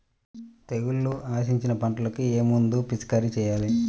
తెగుళ్లు ఆశించిన పంటలకు ఏ మందు పిచికారీ చేయాలి?